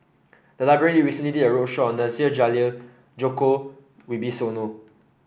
the library recently did a roadshow on Nasir Jalil Djoko Wibisono